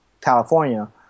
California